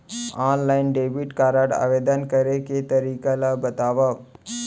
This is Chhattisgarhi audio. ऑनलाइन डेबिट कारड आवेदन करे के तरीका ल बतावव?